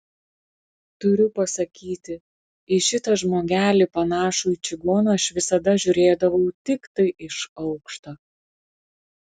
turiu pasakyti į šitą žmogelį panašų į čigoną aš visada žiūrėdavau tiktai iš aukšto